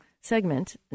segment